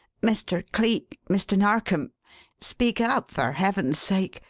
mr. cleek mr. narkom speak up, for heaven's sake.